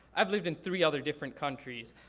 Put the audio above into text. i've lived in three other different countries.